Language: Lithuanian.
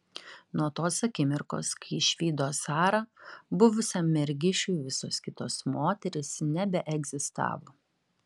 nuo tos akimirkos kai išvydo sarą buvusiam mergišiui visos kitos moterys nebeegzistavo